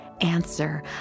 answer